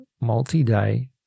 multi-day